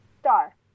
star